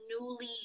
newly